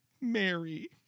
Mary